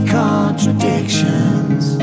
contradictions